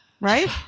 right